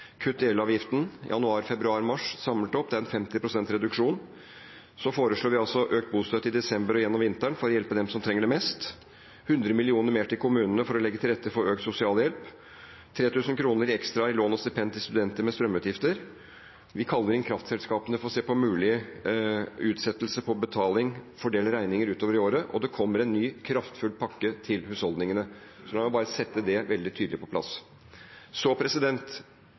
i elavgiften i januar, februar og mars, samlet – det er en reduksjon på 50 pst. Så foreslår vi økt bostøtte i desember og gjennom vinteren for å hjelpe dem som trenger det mest. Vi gir 100 mill. kr mer til kommunene for å legge til rette for økt sosialhjelp. Vi gir 3 000 kr ekstra i lån og stipend til studenter med strømutgifter. Vi kaller inn kraftselskapene for å se på mulig utsettelse av betaling, altså å fordele regninger utover året, og det kommer en ny kraftfull pakke til husholdningene. Så la meg bare sette